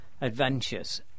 Adventures